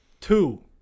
two